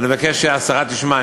אני מבקש שהשרה תשמע,